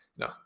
No